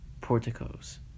porticos